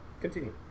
Continue